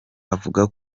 avuga